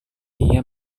dia